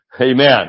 Amen